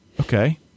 Okay